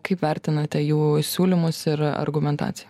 kaip vertinate jų siūlymus ir argumentaciją